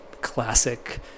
classic